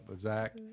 Zach